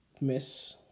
Miss